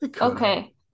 okay